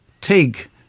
Tig